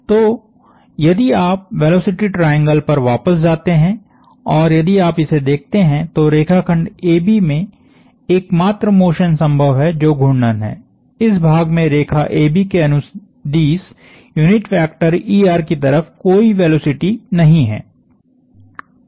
तो यदि आप वेलोसिटी ट्रायंगल पर वापस जाते हैं और यदि आप इसे देखते हैं तो रेखाखंड AB में एकमात्र मोशन संभव है जो घूर्णन है इस भाग में रेखा AB के अनुदिश यूनिट वेक्टरकी तरफ कोई वेलोसिटी नहीं है